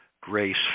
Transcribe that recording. grace